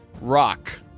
Rock